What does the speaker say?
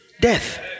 Death